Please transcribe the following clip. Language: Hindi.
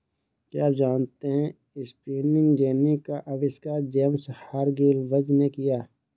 क्या आप जानते है स्पिनिंग जेनी का आविष्कार जेम्स हरग्रीव्ज ने किया?